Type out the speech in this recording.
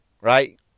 right